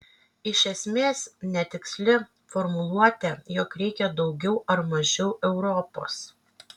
iš esmės netiksli formuluotė jog reikia daugiau ar mažiau europos